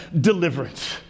deliverance